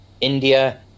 India